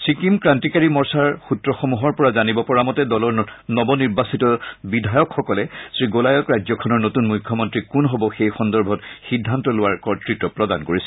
ছিক্কিম ক্ৰান্তিকাৰী মৰ্চাৰ সূত্ৰসমূহৰ পৰা জানিব পৰা মতে দলৰ নৱনিৰ্বাচিত বিধায়কসকলে শ্ৰীগোলায়ক ৰাজ্যখনৰ নতুন মুখ্যমন্ত্ৰী কোন হব সেই সন্দৰ্ভত সিদ্ধান্ত লোৱাৰ কৰ্ত্ত্ব প্ৰদান কৰিছে